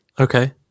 Okay